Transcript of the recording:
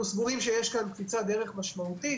אנחנו סבורים שיש כאן קפיצת דרך משמעותית